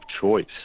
choice